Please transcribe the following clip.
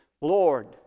lord